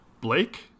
Blake